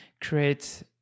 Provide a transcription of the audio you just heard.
create